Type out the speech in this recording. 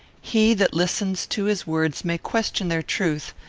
he that listens to his words may question their truth,